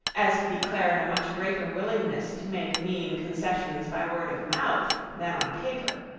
as he declared a much greater willingness to make mean concessions by word of mouth than on paper,